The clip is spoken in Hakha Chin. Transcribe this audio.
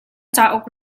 cauk